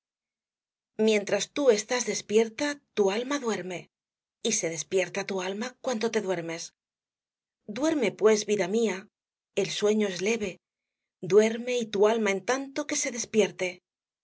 mientras tú estás despierta tu alma duerme y se despierta tu alma cuando te duermes duerme pues vida mía el sueño es leve duerme y tu alma en tanto que se despierte